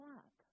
up